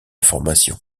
formation